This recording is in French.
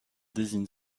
désigne